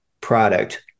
product